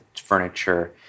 furniture